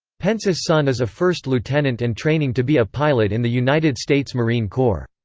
pence's son is a first lieutenant and training to be a pilot in the united states marine corps.